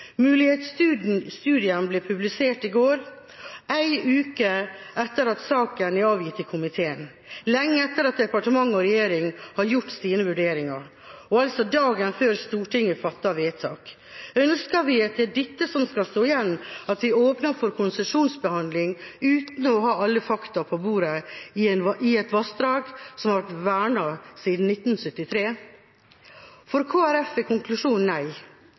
Mulighetsstudien ble publisert i går – en uke etter at saken ble avgitt i komiteen, lenge etter at departement og regjering har gjort sine vurderinger, og altså dagen før Stortinget fatter vedtak. Ønsker vi at det er dette som skal stå igjen, at vi åpner for konsesjonsbehandling uten å ha alle fakta på bordet i et vassdrag som har vært vernet siden 1973? For Kristelig Folkeparti er konklusjonen nei.